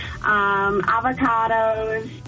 avocados